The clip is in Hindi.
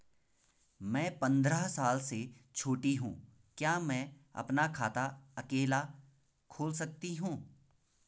मैं पंद्रह साल से छोटी हूँ क्या मैं अपना खाता अकेला खोल सकती हूँ?